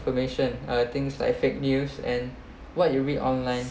information uh things like fake news and what you read online